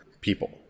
people